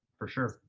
for sure.